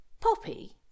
Poppy